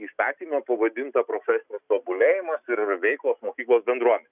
įstatyme pavadinta profesinis tobulėjimas ir yra veiklos mokyklos bendruomenei